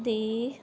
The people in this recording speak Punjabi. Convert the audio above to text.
ਦੀ